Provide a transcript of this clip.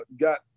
got